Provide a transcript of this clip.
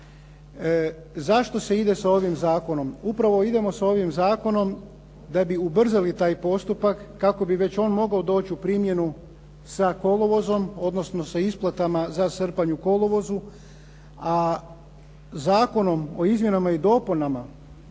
Zašto se ide sa ovim zakonom? Upravo idemo sa ovim zakonom da bi ubrzali taj postupak kako bi već on mogao doći u primjenu sa kolovozom, odnosno sa isplatama za srpanj u kolovozu, a zakonom o izmjenama i dopunama